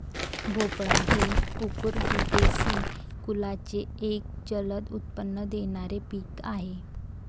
भोपळा हे कुकुरबिटेसी कुलाचे एक जलद उत्पन्न देणारे पीक आहे